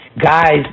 guys